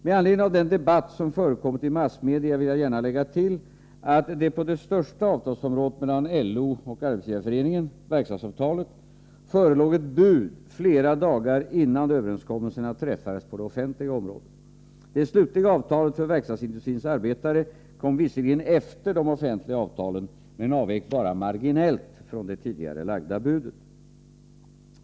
Med anledning av den debatt som förekommit i massmedia vill jag gärna lägga till att det på det största avtalsområdet mellan LO och SAF - verkstadsavtalet — förelåg ett bud flera dagar innan överenskommelserna träffades på det offentliga området. Det slutliga avtalet för verkstadsindustrins arbetare kom visserligen efter de offentliga avtalen men avvek bara marginellt från det tidigare lagda budet.